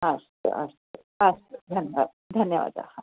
अस्तु अस्तु अस्तु धन्यवादः धन्यवादाः